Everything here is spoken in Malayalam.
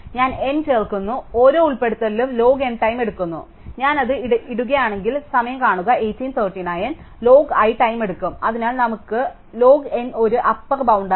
അതിനാൽ ഞാൻ n ചേർക്കുന്നു ഓരോ ഉൾപ്പെടുത്തലും ലോഗ് N ടൈം എടുക്കുന്നു അതിനാൽ ഞാൻ അത് ഇടുകയാണെങ്കിൽ ലോഗ് i ടൈം എടുക്കും അതിനാൽ നമുക്ക് എടുക്കാം ലോഗ് N ഒരു അപ്പർ ബൌണ്ടായി